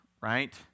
right